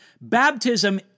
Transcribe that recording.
Baptism